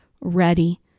ready